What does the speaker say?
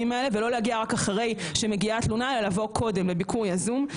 כל מי ששומע אותנו מוזמן לפנות אלינו ולקבל את הליווי שהוא זקוק לו.